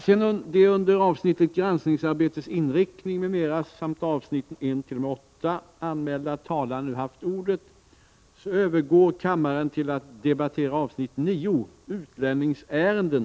Sedan de under avsnittet Granskningsarbetets inriktning, m.m. samt avsnitten 1-8 anmälda talarna nu haft ordet övergår kammaren till att debattera avsnitt 9: Utlänningsärenden.